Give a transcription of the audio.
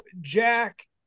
Jack